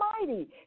almighty